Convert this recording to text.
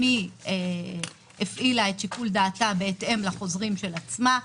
היא הפעילה את שיקול דעתה בהתאם לחוזרים של עצמה,